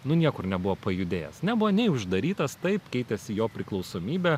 nu niekur nebuvo pajudėjęs nebuvo nei uždarytas taip keitėsi jo priklausomybė